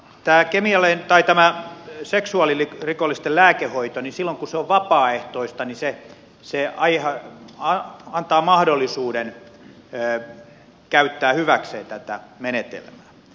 tää kemiallinen tai tämän seksualilin rikollisten tämä seksuaalirikollisten lääkehoito silloin kun se on vapaaehtoista antaa mahdollisuuden käyttää hyväkseen tätä menetelmää